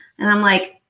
and i'm like,